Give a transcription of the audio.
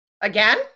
Again